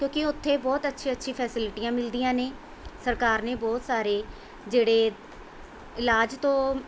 ਕਿਉਂਕਿ ਉੱਥੇ ਬਹੁਤ ਅੱਛੀ ਅੱਛੀ ਫੈਸੀਲਿਟੀਆਂ ਮਿਲਦੀਆਂ ਨੇ ਸਰਕਾਰ ਨੇ ਬਹੁਤ ਸਾਰੇ ਜਿਹੜੇ ਇਲਾਜ ਤੋਂ